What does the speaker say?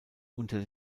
unter